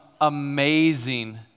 amazing